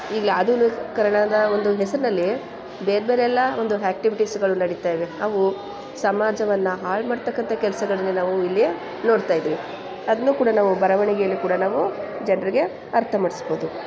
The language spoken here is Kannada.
ಈಗ ಯಾವ್ದು ಕನ್ನಡದ ಒಂದು ಹೆಸ್ರಿನಲ್ಲಿ ಬೇರೆ ಬೇರೆಯೆಲ್ಲಾ ಒಂದು ಆಕ್ಟಿವಿಟೀಸ್ಗಳು ನಡೀತಾ ಇವೆ ಅವು ಸಮಾಜವನ್ನು ಹಾಳ್ಮಾಡ್ತಕ್ಕಂಥ ಕೆಲಸಗಳ್ನ ನಾವು ಇಲ್ಲಿ ನೋಡ್ತಾ ಇದ್ದೀವಿ ಅದನ್ನು ಕೂಡ ನಾವು ಬರವಣಿಗೆಯಲ್ಲಿ ಕೂಡ ನಾವು ಜನರಿಗೆ ಅರ್ಥ ಮಾಡಿಸ್ಬೋದು